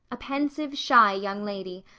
a pensive, shy young lady,